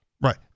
Right